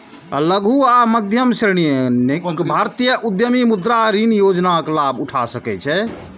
लघु आ मध्यम श्रेणीक भारतीय उद्यमी मुद्रा ऋण योजनाक लाभ उठा सकै छै